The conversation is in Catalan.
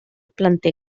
planter